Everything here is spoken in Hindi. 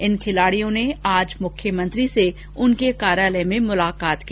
इन खिलाड़ियों ने आज मुख्यमंत्री से उनके कार्यालय में मुलाकात की